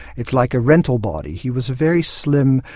it's like a rental body. he was a very slim,